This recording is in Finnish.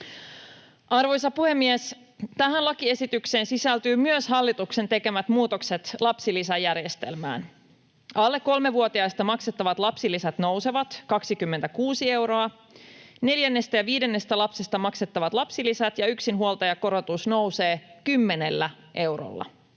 Arvoisa puhemies! Tähän lakiesitykseen sisältyvät myös hallituksen tekemät muutokset lapsilisäjärjestelmään. Alle kolmevuotiaista maksettavat lapsilisät nousevat 26 euroa, neljännestä ja viidennestä lapsesta maksettavat lapsilisät ja yksinhuoltajakorotus nousevat 10 eurolla.